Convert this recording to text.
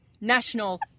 National